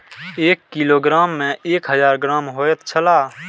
एक किलोग्राम में एक हजार ग्राम होयत छला